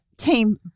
Team